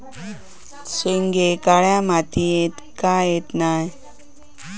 शेंगे काळ्या मातीयेत का येत नाय?